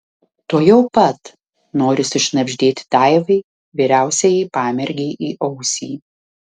tuojau pat nori sušnabždėti daivai vyriausiajai pamergei į ausį